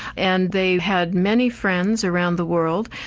and they had many friends around the world,